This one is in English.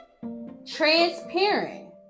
transparent